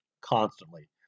constantly